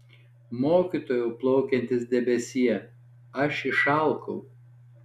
mokytojau plaukiantis debesie aš išalkau